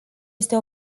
este